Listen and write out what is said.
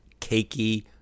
cakey